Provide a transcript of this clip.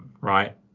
right